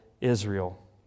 Israel